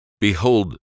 Behold